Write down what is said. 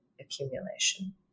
accumulation